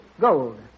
gold